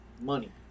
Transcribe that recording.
money